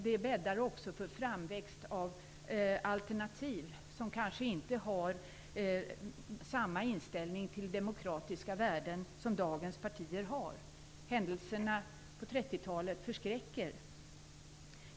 Det bäddar också för en framväxt av alternativa partier som kanske inte har samma inställning till demokratiska värden som dagens partier har. Händelserna på 30-talet förskräcker.